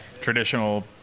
traditional